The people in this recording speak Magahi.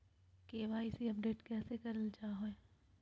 के.वाई.सी अपडेट कैसे करल जाहै?